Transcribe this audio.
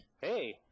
Hey